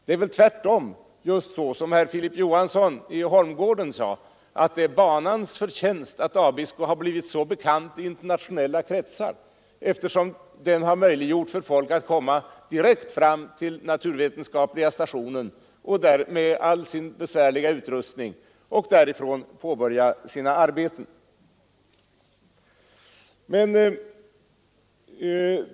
Det är tvärtom, som Filip Johansson i Holmgården sade, banans förtjänst att Abisko blivit så bekant i internationella kretsar. Den har möjliggjort för folk att med all sin besvärliga utrustning komma direkt fram till naturvetenskapliga stationen och där påbörja sina arbeten.